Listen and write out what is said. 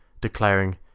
declaring